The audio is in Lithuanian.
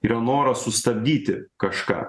yra noras sustabdyti kažką